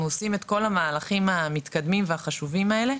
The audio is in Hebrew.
עושים את כל המהלכים המתקדמים והחשובים האלה.